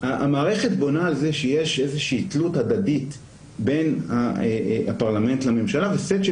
המערכת בונה על כך שיש איזו תלות הדדית בין הפרלמנט לממשלה וסט של